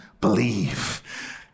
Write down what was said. Believe